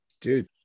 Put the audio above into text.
dude